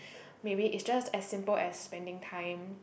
maybe it's just as simple as spending time